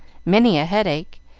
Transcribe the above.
many a headache,